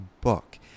book